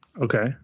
Okay